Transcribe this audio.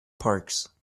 parks